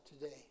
today